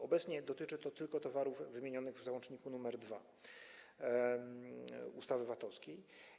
Obecnie dotyczy to tylko towarów wymienionych w załączniku nr 2 ustawy VAT-owskiej.